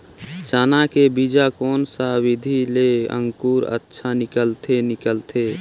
चाना के बीजा कोन सा विधि ले अंकुर अच्छा निकलथे निकलथे